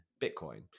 Bitcoin